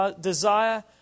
desire